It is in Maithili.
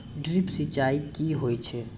ड्रिप सिंचाई कि होय छै?